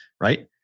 right